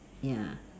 ya